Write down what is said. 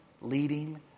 leading